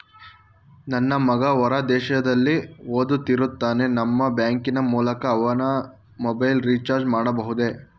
ನನ್ನ ಮಗ ಹೊರ ದೇಶದಲ್ಲಿ ಓದುತ್ತಿರುತ್ತಾನೆ ನಿಮ್ಮ ಬ್ಯಾಂಕಿನ ಮೂಲಕ ಅವನ ಮೊಬೈಲ್ ರಿಚಾರ್ಜ್ ಮಾಡಬಹುದೇ?